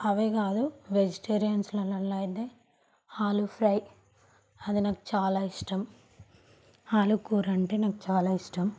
అవే కాదు వెజిటేరియన్స్లల్లో అయితే ఆలూ ఫ్రై అది నాకు చాలా ఇష్టం ఆలూ కూర అంటే నాకు చాలా ఇష్టం